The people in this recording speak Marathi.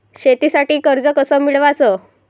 शेतीसाठी कर्ज कस मिळवाच?